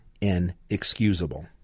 inexcusable